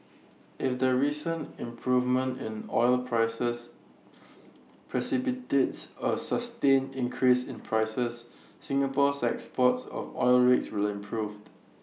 if the recent improvement in oil prices precipitates A sustained increase in prices Singapore's exports of oil rigs will improve